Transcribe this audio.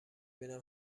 بینم